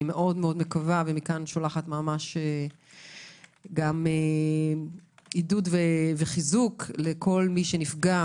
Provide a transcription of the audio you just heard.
אני מאוד מקווה ומכאן שולחת ממש גם עידוד וחיזוק לכל מי שנפגע